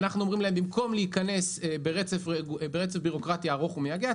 אנחנו אומרים להם שבמקום להיכנס ברצף בירוקרטי ארוך ומייגע,